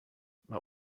but